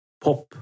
pop